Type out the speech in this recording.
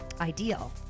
ideal